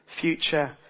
future